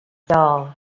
dull